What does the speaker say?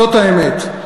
זאת האמת.